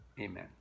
Amen